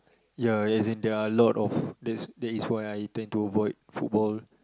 ya as in there are a lot of that is that is why I intend to avoid football